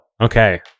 Okay